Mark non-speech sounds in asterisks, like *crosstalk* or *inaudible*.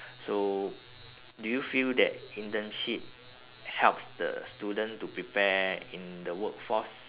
*breath* so do you feel that internship helps the student to prepare in the workforce